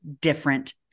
different